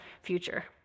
future